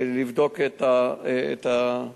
לבדוק את הנושא.